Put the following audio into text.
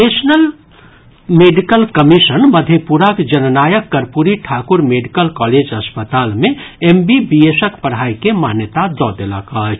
national medical commission मधेपुराक Jannayak Karpoori Thakur medical college अस्पताल मे एमबीबीएसक पढ़ाई के मान्यता दऽ देलक अछि